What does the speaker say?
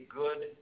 good